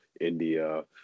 India